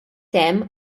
hemm